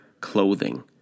clothing